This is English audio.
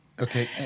Okay